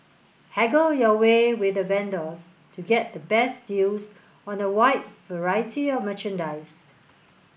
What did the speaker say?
haggle your way with the vendors to get the best deals on a wide variety of merchandise